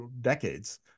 decades